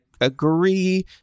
agree